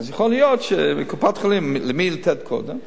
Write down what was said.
אז יכול להיות שקופת-חולים, למי לתת קודם?